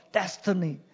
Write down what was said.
destiny